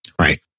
Right